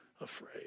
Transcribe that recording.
afraid